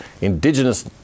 indigenous